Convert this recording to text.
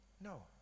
No